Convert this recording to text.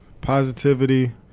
positivity